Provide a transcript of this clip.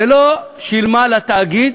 ולא שילמה לתאגיד